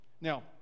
Now